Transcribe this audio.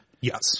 Yes